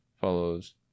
follows